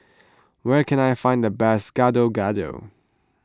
where can I find the best Gado Gado